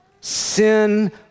sin